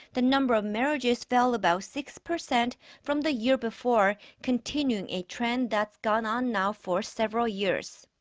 the number of marriages fell about six percent from the year before, continuing a trend that's gone on now for several years.